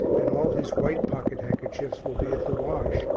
and all his white pocket-handkerchiefs will be at the wash,